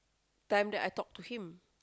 time that I talk to him